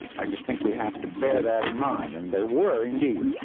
i just think we have to bear that in mind. and there were, indeed,